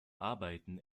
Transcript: arbeiten